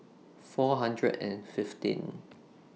four hundred and fifteen